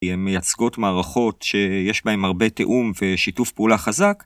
הן מייצגות מערכות שיש בהן הרבה תיאום ושיתוף פעולה חזק